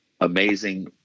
amazing